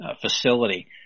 facility